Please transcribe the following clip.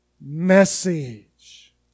message